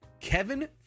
Kevin